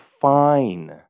fine